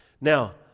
Now